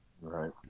right